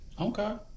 Okay